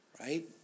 Right